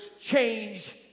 change